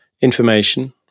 Information